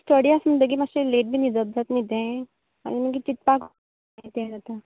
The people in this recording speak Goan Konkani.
स्टडी आसलें म्हणटगीर मातशें लेट बी न्हिदप जाता न्ही तें आनी मागीर चिंतपाक यें तें जाता